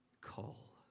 call